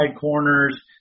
corners